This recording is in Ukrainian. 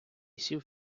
сів